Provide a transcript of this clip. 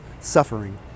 suffering